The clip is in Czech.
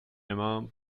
nemám